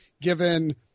given